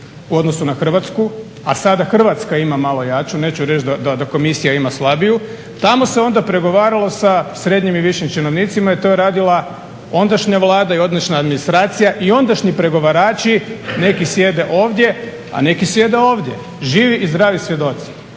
u odnosu na Hrvatsku, a sada Hrvatska ima malo jaču. Neću reći da Komisija ima slabiju, tamo se onda pregovaralo sa srednjim i višim činovnicima i to je radila ondašnja vlada i ondašnja administracija i ondašnji pregovarači. Neki sjede ovdje, a neki sjede ovdje, živi i zdravi svjedoci.